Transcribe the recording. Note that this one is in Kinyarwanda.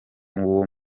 uwo